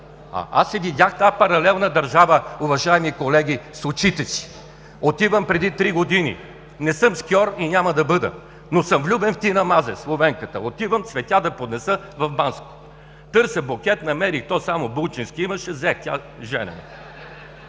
Аз видях тази паралелна държава, уважаеми колеги, с очите си. Отивам преди три години, не съм скиор и няма да бъда, но съм влюбен в Тина Мазе – словенката, отивам цветя да поднеса в Банско. Търся букет, намерих – то само булчински имаше, взех, тя омъжена.